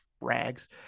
rags